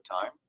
time